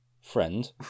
friend